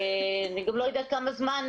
אני גם לא יודעת כמה זמן,